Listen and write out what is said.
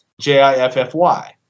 J-I-F-F-Y